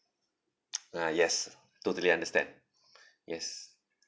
ah yes totally understand yes